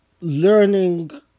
learning